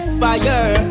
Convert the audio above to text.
fire